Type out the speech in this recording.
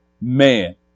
man